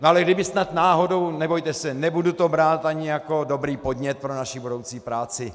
Ale kdyby snad náhodou, nebojte se, nebudu to brát ani jako dobrý podnět pro naši budoucí práci.